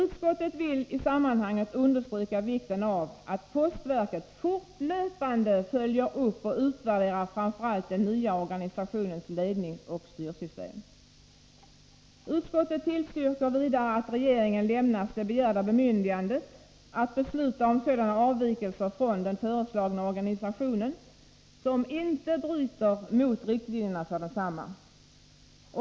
Utskottet vill i sammanhanget understryka vikten av att postverket fortlöpande följer upp och utvärderar framför allt den nya organisationens ledningsoch styrsystem. Utskottet tillstyrker vidare att regeringen lämnas det begärda bemyndigandet att besluta om sådana avvikelser från den föreslagna organisationen som inte bryter mot riktlinjerna för densamma.